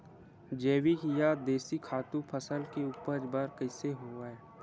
जैविक या देशी खातु फसल के उपज बर कइसे होहय?